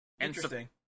Interesting